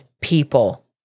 people